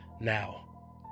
Now